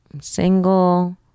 single